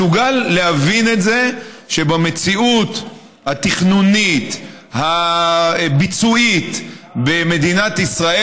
מסוגל להבין את זה שבמציאות התכנונית הביצועית במדינת ישראל,